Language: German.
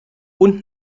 und